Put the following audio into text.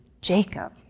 Jacob